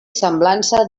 semblança